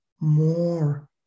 more